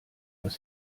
was